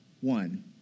One